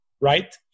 right